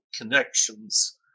connections